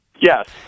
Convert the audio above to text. Yes